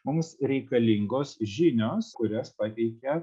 mums reikalingos žinios kurias pateikia